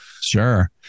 Sure